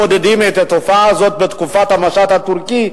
מודדים את התופעה הזאת בתקופת המשט הטורקי,